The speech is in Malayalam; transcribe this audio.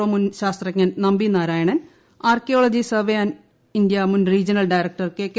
ഒ മുൻ ശാസ്ത്രിജ്ഞൻ Nambi Narayanan archaeology survey and India മുൻ റീജിയണൽ ഡയറക്ടർ കെ